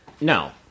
No